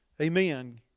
Amen